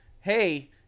hey